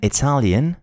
Italian